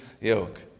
yoke